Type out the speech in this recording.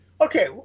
Okay